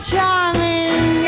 Charming